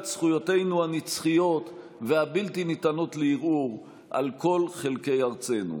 זכויותינו הנצחיות והבלתי-ניתנות לערעור על כל חלקי ארצנו.